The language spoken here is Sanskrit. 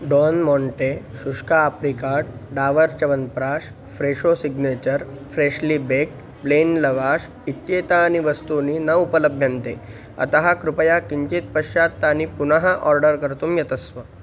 डोन् मोण्टे शुष्का apricot Dabur chyawanprash Fresho signature freshly baked plain lavash इत्येतानि वस्तूनि न उपलभ्यन्ते अतः कृपया किञ्चित् पश्चात् तानि पुनः आर्डर् कर्तुं यतस्व